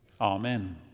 Amen